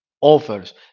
offers